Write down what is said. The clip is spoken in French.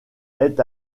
est